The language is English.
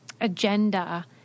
agenda